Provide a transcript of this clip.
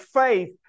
faith